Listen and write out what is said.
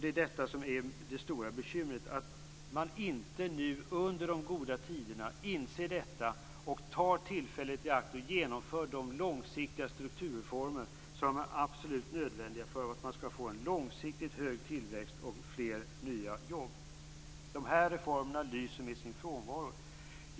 Det är detta som är det stora bekymret, att man inte nu under de goda tiderna inser detta och tar tillfället i akt och genomför de långsiktiga strukturreformer som är absolut nödvändiga för att få en långsiktigt hög tillväxt och fler nya jobb. Reformerna lyser med sin frånvaro.